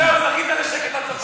זהו, זכית לשקט עד סוף הנאום.